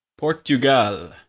Portugal